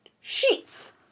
sheets